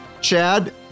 Chad